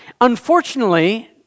Unfortunately